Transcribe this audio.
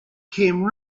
came